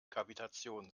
kavitation